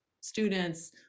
students